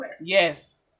Yes